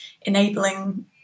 enabling